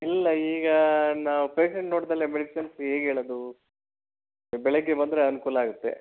ಇಲ್ಲ ಈಗ ನಾವು ಪೇಶೆಂಟ್ ನೋಡ್ದೆ ಮೆಡಿಸನ್ಸ್ ಹೇಗ್ ಹೇಳದೂ ಬೆಳಿಗ್ಗೆ ಬಂದರೆ ಅನುಕೂಲ ಆಗುತ್ತೆ